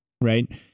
Right